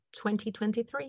2023